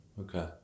Okay